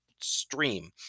stream